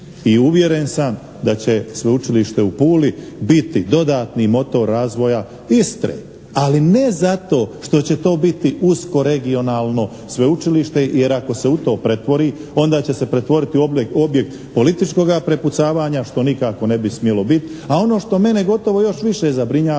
i uvjeren sam da će Sveučilište u Puli biti dodatni motor razvoja Istre, ali ne zato što će to biti usko regionalno sveučilište jer ako se u to pretvori, onda će se pretvoriti u objekt političkoga prepucavanja što nikako ne bi smjelo biti, a ono što mene gotovo još više zabrinjava